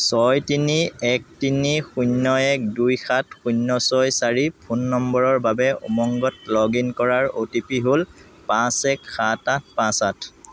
ছয় তিনি এক তিনি শূন্য এক দুই সাত শূন্য ছয় চাৰি ফোন নম্বৰৰ বাবে উমংগত লগ ইন কৰাৰ অ'টিপি হ'ল পাঁচ এক সাত আঠ পাঁচ আঠ